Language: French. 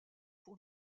pour